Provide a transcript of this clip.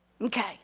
Okay